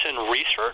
research